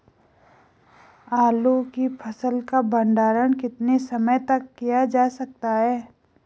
आलू की फसल का भंडारण कितने समय तक किया जा सकता है?